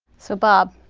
so bob,